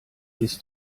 ist